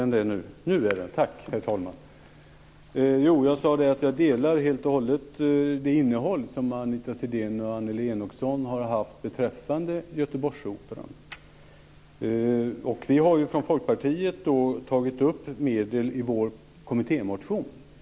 Herr talman! Jag delar helt innehållet i det som Anita Sidén och Annelie Enochson har anfört beträffande Göteborgsoperan. Vi från Folkpartiet har tagit upp medel till Göteborgsoperan i vår kommittémotion.